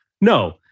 No